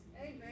Amen